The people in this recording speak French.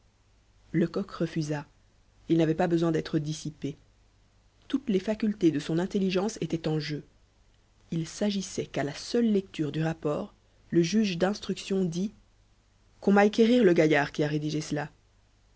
lecoq refusa il n'avait pas besoin d'être dissipé toutes les facultés de son intelligence étaient en jeu il s'agissait qu'à la seule lecture du rapport le juge d'instruction dit qu'on m'aille quérir le gaillard qui a rédigé cela